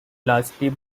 largely